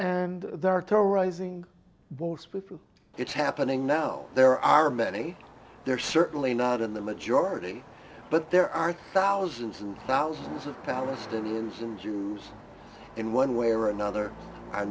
and they are terrorizing both it's happening now there are many they're certainly not in the majority but there are thousands and thousands of palestinians and jews in one way or another